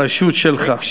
הרשות שלך.